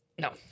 No